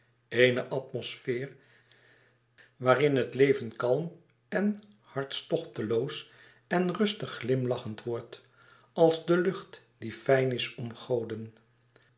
eene atmosfeer waarin het leven kalm en hartstochteloos en rustig glimlachend wordt als de lucht die fijn is om goden